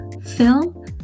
film